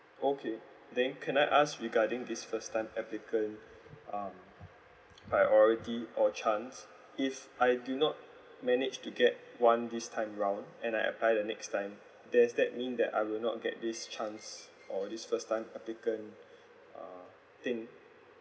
okay then can I ask regarding this first time applicant um priority or chance if I did not manage to get one this time round and I apply the next time does that mean that I will not get this chance or this first time applicant uh thing